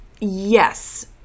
Yes